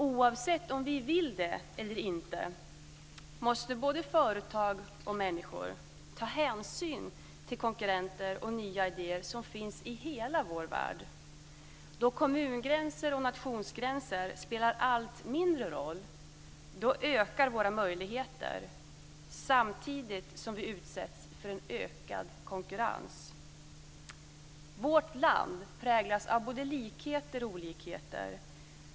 Oavsett om vi vill det eller inte måste både företag och människor ta hänsyn till konkurrenter och nya idéer som finns i hela vår värld. Då kommungränser och nationsgränser spelar en allt mindre roll ökar våra möjligheter, samtidigt som vi utsätts för en ökad konkurrens. Vårt land präglas av både likheter och olikheter.